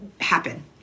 happen